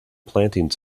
planting